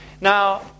Now